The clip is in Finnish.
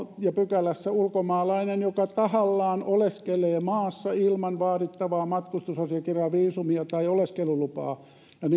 jonka pykälässä sanotaan ulkomaalainen joka tahallaan oleskelee maassa ilman vaadittavaa matkustusasiakirjaa viisumia tai oleskelulupaa ja niin edelleen